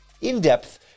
in-depth